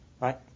Right